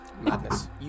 Madness